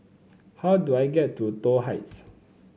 how do I get to Toh Heights